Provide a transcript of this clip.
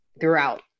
throughout